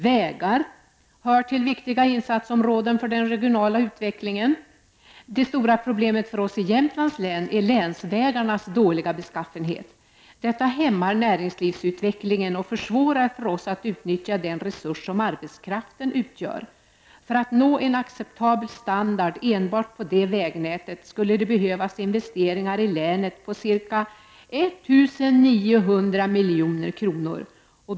Vägar hör till viktiga insatsområden för den regionala utvecklingen. Det stora problemet för oss i Jämtlands län är länsvägarnas dåliga beskaffenhet. Detta hämmar näringslivsutvecklingen och försvårar för oss att utnyttja den resurs som arbetskraften utgör. För att nå en acceptabel standard enbart på det vägnätet skulle det behövas investeringar i länet på ca 1 900 milj.kr.